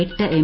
എട്ട് എം